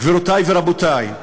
גבירותי ורבותי,